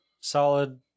Solid